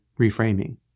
reframing